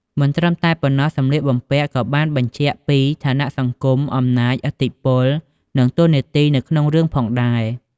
មិនត្រឹមតែប៉ុណ្ណោះ សម្លៀកបំពាក់ក៏បានបញ្ជាក់ពី ឋានៈសង្គម អំណាច ឥទ្ធិពល និងតួនាទីនៅក្នុងរឿងផងដែរ ។